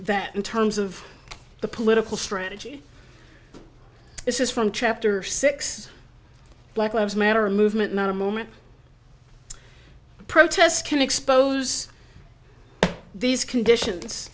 that in terms of the political strategy this is from chapter six black labs matter a movement not a moment protest can expose these conditions